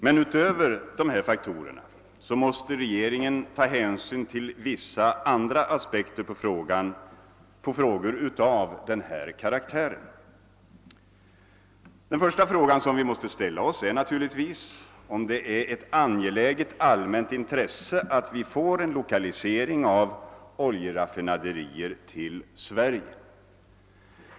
Men utöver dessa faktorer måste regeringen ta hänsyn till vissa andra aspekter på frågor av denna karaktär. Den första frågan som vi måste ställa oss är naturligtvis, om det är ett angeläget allmänt intresse att vi får en lokalisering av oljeraffinaderier till Sverige.